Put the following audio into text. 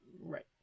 right